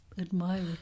Admire